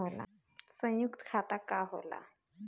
सयुक्त खाता का होला?